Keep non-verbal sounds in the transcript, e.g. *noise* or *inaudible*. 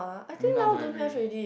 I mean now don't have already *breath*